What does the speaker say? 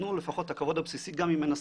תנו לפחות את הכבוד הבסיסי גם אם אין הסכמה.